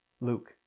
Luke